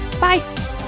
Bye